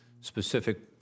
specific